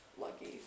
Lucky